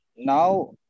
Now